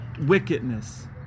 wickedness